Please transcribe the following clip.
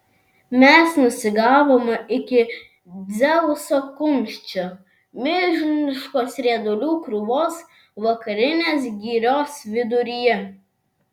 mes nusigavome iki dzeuso kumščio milžiniškos riedulių krūvos vakarinės girios viduryje